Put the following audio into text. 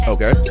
Okay